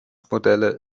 modelle